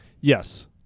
yes